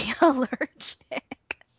allergic